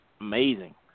amazing